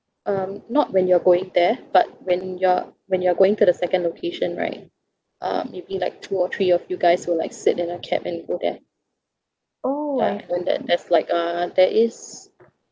um not when you're going there but when you're when you're going to the second location right uh maybe like two or three of you guys will like sit in a cab and go there ah when there there's like uh there is